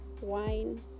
wine